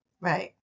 Right